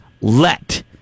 let